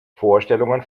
vorstellungen